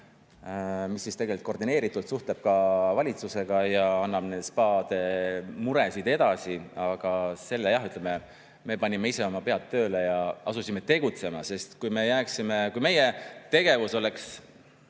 mis tegelikult koordineeritult suhtleb ka valitsusega ja annab spaade muresid edasi. Aga selle, ütleme, me panime ise oma pead tööle ja asusime tegutsema, sest kui meie tegevus oleks